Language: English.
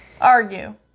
argue